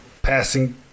Passing